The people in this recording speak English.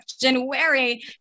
January